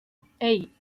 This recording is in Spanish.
hey